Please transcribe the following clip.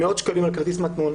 מאות שקלים על כרטיס מטמון.